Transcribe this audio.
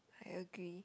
I agree